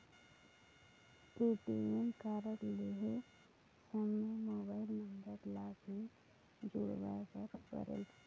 ATM card लहे समय mobile number ला भी जुड़वाए बर परेल?